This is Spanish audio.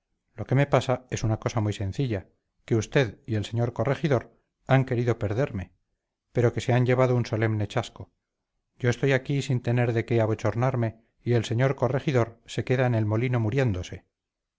lo que me pasa es una cosa muy sencilla que usted y el señor corregidor han querido perderme pero que se han llevado solemne chasco yo estoy aquí sin tener de qué abochornarme y el señor corregidor se queda en el molino muriéndose